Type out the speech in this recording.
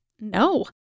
No